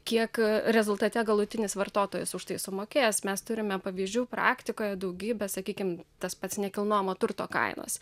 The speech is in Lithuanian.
kiek rezultate galutinis vartotojas už tai sumokės mes turime pavyzdžių praktikoje daugybę sakykim tas pats nekilnojamo turto kainos